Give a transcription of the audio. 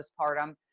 postpartum